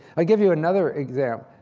i'll give you another example,